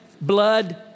blood